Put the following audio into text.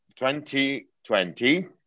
2020